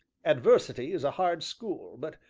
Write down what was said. adversity is a hard school, but,